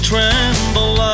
tremble